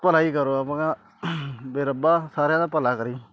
ਭਲਾ ਹੀ ਕਰੋ ਵੀ ਰੱਬਾ ਸਾਰਿਆਂ ਦਾ ਭਲਾ ਕਰੀਂ